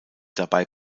dabei